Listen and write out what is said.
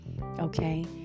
okay